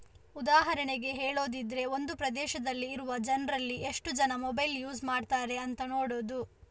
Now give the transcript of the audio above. ಉದಾಹರಣೆಗೆ ಹೇಳುದಿದ್ರೆ ಒಂದು ಪ್ರದೇಶದಲ್ಲಿ ಇರುವ ಜನ್ರಲ್ಲಿ ಎಷ್ಟು ಜನ ಮೊಬೈಲ್ ಯೂಸ್ ಮಾಡ್ತಾರೆ ಅಂತ ನೋಡುದು